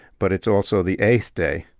but it's also the eighth day.